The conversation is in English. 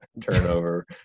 turnover